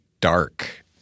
dark